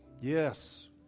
Yes